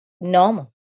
normal